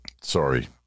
sorry